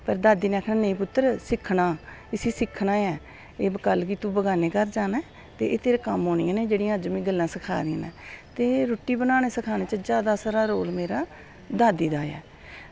पर दादी नै आक्खना नेईं पुत्तर इसी सिक्खना ऐ एह् कल्ल बी तू बेगाना घर साम्भना ऐ ते एह् तेरे कम्म औनियां एह् जेह्ड़ियां अज्ज में तुसेंगी सिक्खानी ऐ ते रुट्टी बनाना सारें कोला जादै रोल जेह्ड़ा मेरा दादी दा ऐ